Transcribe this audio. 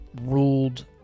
ruled